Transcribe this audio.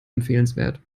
empfehlenswert